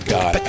God